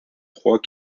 proies